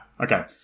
Okay